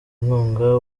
inkunga